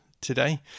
today